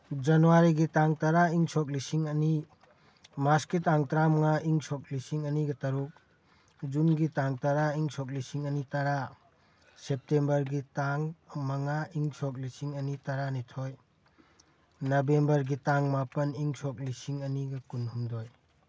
ꯖꯅꯋꯥꯔꯤꯒꯤ ꯇꯥꯡ ꯇꯔꯥ ꯏꯪ ꯁꯣꯛ ꯂꯤꯁꯤꯡ ꯑꯅꯤ ꯃꯥꯔꯁꯀꯤ ꯇꯥꯡ ꯇ꯭ꯔꯥꯃꯉꯥ ꯏꯪ ꯁꯣꯛ ꯂꯤꯁꯤꯡ ꯑꯅꯤꯒ ꯇꯔꯨꯛ ꯖꯨꯟꯒꯤ ꯇꯥꯡ ꯇꯔꯥ ꯏꯪ ꯁꯣꯛ ꯂꯤꯁꯤꯡ ꯑꯅꯤ ꯇꯔꯥ ꯁꯦꯞꯇꯦꯝꯕꯔꯒꯤ ꯇꯥꯡ ꯃꯉꯥ ꯏꯪ ꯁꯣꯛ ꯂꯤꯁꯤꯡ ꯑꯅꯤ ꯇꯔꯥꯅꯤꯊꯣꯏ ꯅꯕꯦꯝꯕꯔꯒꯤ ꯇꯥꯡ ꯃꯥꯄꯟ ꯏꯪ ꯁꯣꯛ ꯂꯤꯁꯤꯡ ꯑꯅꯤꯒ ꯀꯨꯟꯍꯨꯝꯗꯣꯏ